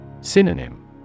Synonym